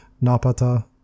Napata